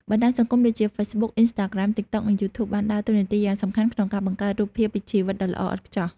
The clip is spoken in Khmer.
បណ្តាញសង្គមដូចជា Facebook Instagram TikTok និង YouTube បានដើរតួនាទីយ៉ាងសំខាន់ក្នុងការបង្កើតរូបភាព ជីវិតដ៏ល្អឥតខ្ចោះ។